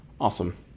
Awesome